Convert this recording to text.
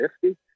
fifty